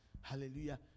Hallelujah